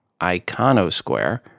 Iconosquare